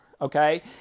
okay